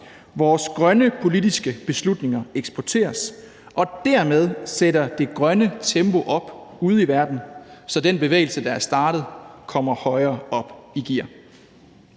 vores grønne politiske beslutninger eksporteres og dermed sætter det grønne tempo op ude i verden, så den bevægelse, der er startet, kommer højere op i gear.